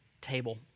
table